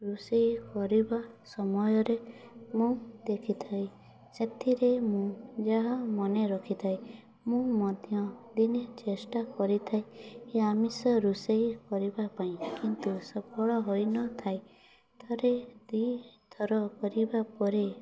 ରୋଷେଇ କରିବା ସମୟରେ ମୁଁ ଦେଖିଥାଏ ସେଥିରେ ମୁଁ ଯାହା ମନେ ରଖିଥାଏ ମୁଁ ମଧ୍ୟ ଦିନେ ଚେଷ୍ଟା କରିଥାଏ କି ଆମିଷ ରୋଷେଇ କରିବା ପାଇଁ କିନ୍ତୁ ସଫଳ ହୋଇନଥାଏ ଥରେ ଦୁଇ ଥର କରିବା ପରେ